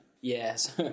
Yes